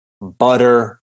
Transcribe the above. butter